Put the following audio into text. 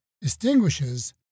distinguishes